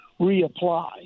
reapply